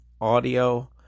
audio